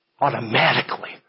automatically